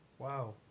wow